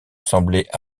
semblait